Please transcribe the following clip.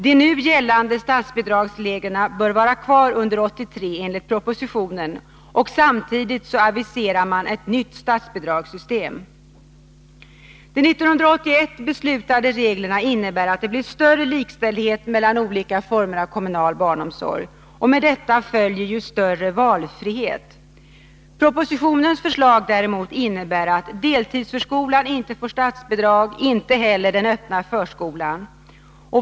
De nu gällande statsbidragsreglerna bör vara kvar under 1983 enligt propositionen. Samtidigt aviserar man ett nytt statsbidragssystem. De 1981 beslutade reglerna innebär att det blir större likställdhet mellan olika former av kommunal barnomsorg, och med detta följer ju större valfrihet. Propositionens förslag däremot innebär att deltidsförskolan inte får statsbidrag, inte heller den öppna förskolan.